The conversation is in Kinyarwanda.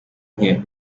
nke